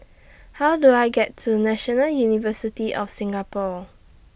How Do I get to National University of Singapore